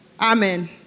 Amen